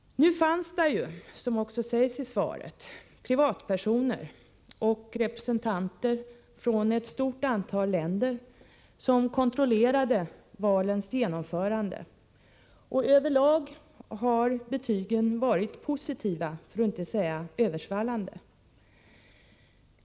Nu fanns där, som också sägs i svaret, privatpersoner och representanter från ett stort antal länder, vilka kontrollerade valens genomförande. Över lag har betygen varit positiva, för att inte säga översvallande.